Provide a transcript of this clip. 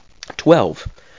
Twelve